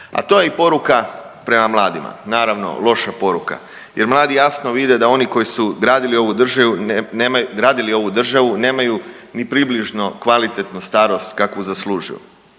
a to je i poruka prema mladima. Naravno, loša poruka jer mladi jasno vide da oni koji su gradili ovu državu nemaju ni približno kvalitetnu starost kakvu zaslužuju.